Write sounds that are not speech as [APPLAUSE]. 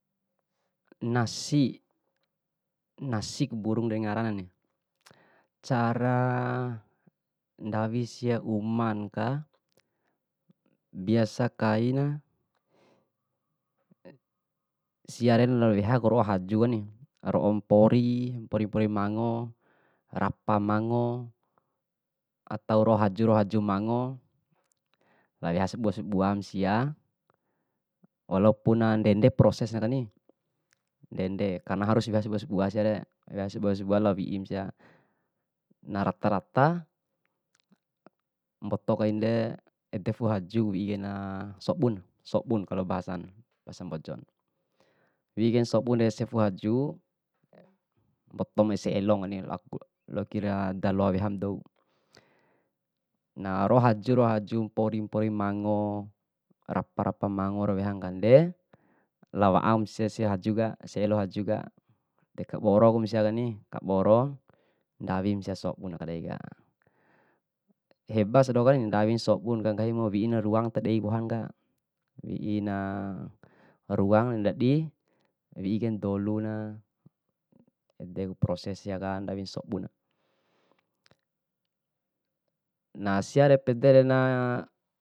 Nasi, nasi ku burung ngaranani cara ndawi sia umanka, biasa kaina [HESITATION] siare nalao wehaku ro'o hajukeni. Ro'o mpori, mpori mpori mango, rapa mango ato ro'o haju ro'o haju mango, lao weha sabua sabuam sia, walo puna ndende proses na kani ndende karena harus wea saboa saboa siare, weha sabua sabua lao wein sia. Narata rata mboto kainde ede fu'u haju wi'ikaina sobun, sobun kalo bahasan bahasa mbojon, wi'i kaen sobun ese fi'u haju, mboto ma ese elon kani [UNINTELLIGIBLE] loakira daloa weham dou. Nah or'o haju ro'o haju, mpori mpori mango, rapa rapa mango ra wean kanden, lao wa'am sia- sia hajuka ese elo haju ka, de kaboro ku ba siani, kaboro ndawin sia sobun aka deika. Heba sia dohokani, ndawin sobuna ka nggahimu wi'i na ruang ta dei wohanaka, wi'ina ruang na ndadi wi'i kaina doluna, edeku proses siaka ndawina sobun. Nah siare pede na.